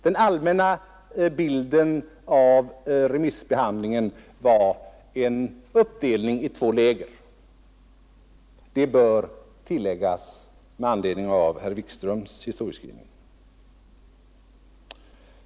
Den allmänna bilden av remissbehandlingen var en uppdelning i två läger; det bör tilläggas med anledning av herr Wikströms historieskrivning.